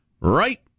Right